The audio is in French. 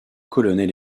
colonel